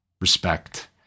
respect